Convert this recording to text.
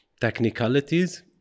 technicalities